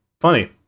funny